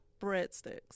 Breadsticks